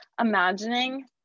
imagining